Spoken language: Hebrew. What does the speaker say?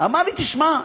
אמר לי: תשמע,